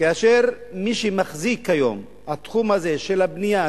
כאשר מי שמחזיק היום את התחום הזה של הבנייה,